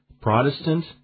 Protestant